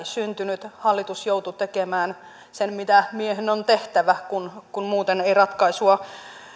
syntynyt hallitus joutui tekemään sen mitä miehen on tehtävä kun kun muuten ei ratkaisua